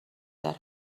دارم